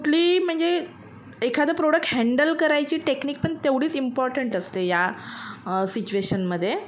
कुठली म्हणजे एखादं प्रोडक्ट हँडल करायची टेक्निक पण तेवढीच इम्पॉर्टंट असते या सिच्युएशनमदे